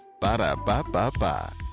Ba-da-ba-ba-ba